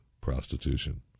prostitution